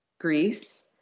Greece